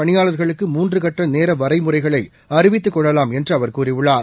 பணிபாளர்களுக்கு மூன்றுகட்டநேரவறைமுறைகளைஅறிவித்துக் துறைகளின் கொள்ளலாம் என்றுஅவர் கூறியுள்ளார்